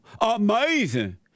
Amazing